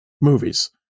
movies